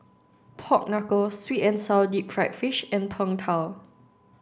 Pork Knuckle sweet and sour deep fried fish and Png Tao